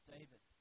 David